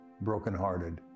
brokenhearted